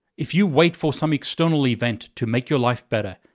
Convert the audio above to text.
if you wait for some external event to make your life better,